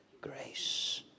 grace